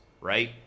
right